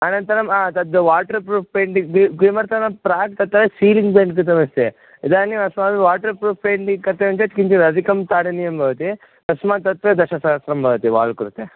अनन्तरं तद् water proof paintings किमर्थं नाम प्राक् तत्र सीलिङ्ग् पेन्ट् कृतमस्ति इदानीम् अस्माकं वाटर् प्रूफ़् पेण्टिङ्ग् कर्तव्यं चेत् किञ्चित् अधिकं ताडनीयं भवति तस्मात् तत्र दशसहस्रं भवति वाल् कृते